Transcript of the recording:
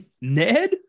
Ned